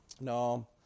No